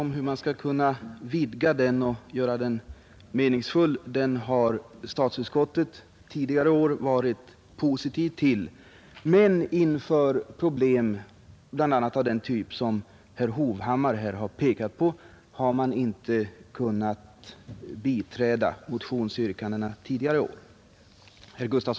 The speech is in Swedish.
Frågan hur man skall kunna vidga rådgivningsverksamheten och göra den bättre har statsutskottet tidigare varit positiv till, men med hänsyn till problem av bl.a. den typ som herr Hovhammar här pekar på har utskottet inte kunnat biträda motionsyrkandena.